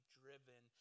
driven